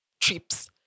trips